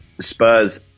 Spurs